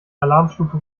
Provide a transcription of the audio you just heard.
alarmstufe